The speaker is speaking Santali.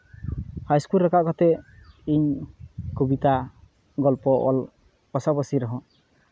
ᱦᱟᱭ ᱤᱥᱠᱩᱞ ᱨᱮ ᱨᱟᱠᱟᱵ ᱠᱟᱛᱮᱫ ᱤᱧ ᱠᱚᱵᱤᱛᱟ ᱜᱚᱞᱯᱷᱚ ᱚᱞ ᱯᱟᱥᱟ ᱯᱟᱥᱤ ᱨᱮᱦᱚᱸ